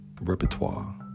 repertoire